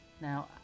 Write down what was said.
Now